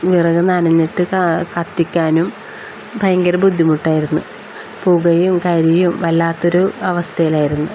വിറക് നനഞ്ഞിട്ട് കത്തിക്കാനും ഭയങ്കര ബുദ്ധിമുട്ടായിരുന്നു പുകയും കരിയും വല്ലാത്തൊരു അവസ്ഥയിലായിരുന്നു